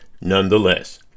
nonetheless